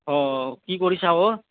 অ কি কৰিছা অ'